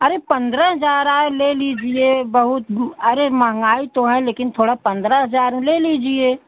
अरे पंद्रह हज़ार है ले लीजिए बहुत अरे महंगाई तो है लेकिन थोड़ा पंद्रह हज़ार ले लीजिए